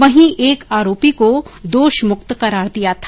वहीं एक आरोपी को दोषमुक्त करार दिया था